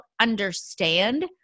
understand